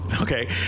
Okay